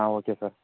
ah okay sir